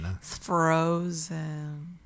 frozen